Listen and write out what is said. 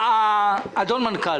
אדוני המנכ"ל,